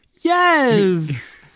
yes